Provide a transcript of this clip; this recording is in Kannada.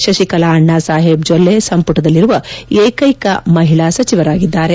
ಶುತಿಕಲಾ ಅಣ್ಣಾ ಸಾಹೇಬ್ ಜೊಲ್ಲೆ ಸಂಪುಟದಲ್ಲಿರುವ ಏಕೈಕ ಮಹಿಳಾ ಸಚಿವರಾಗಿದ್ದಾರೆ